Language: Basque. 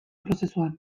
prozesuan